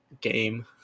game